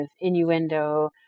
innuendo